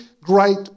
great